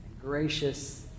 gracious